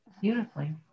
beautifully